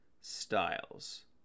Styles